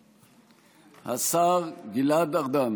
השר גלעד ארדן.